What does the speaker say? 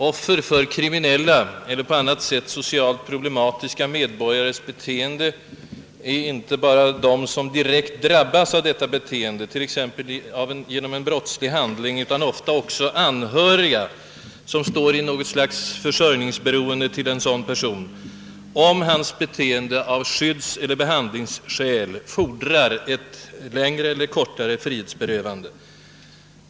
Offer för kriminella eller på annat sätt socialt problematiska medborgares beteende är inte bara de som direkt drabbas därav, t.ex. genom en brottslig handling, utan stundom också anhöriga som står i något slags försörjningsberoende av en sådan person, om dennes beteende av skyddseller behandlingsskäl fordrar ett längre eller kortare frihetsberövande.